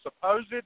supposed